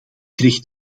kreeg